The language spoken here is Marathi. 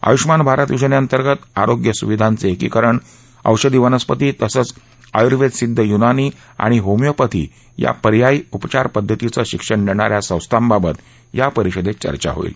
आयुष्मान भारत योजनेअंतर्गत आरोग्य सुविधांचं एकीकरण औषधी वनस्पती तसंच आयुर्वेद सिद्ध युनानी आणि होमियोपथी या पर्यायी उपचार पद्धतींचं शिक्षण देणा या संस्थांबाबत या परिषदेत चर्चा होईल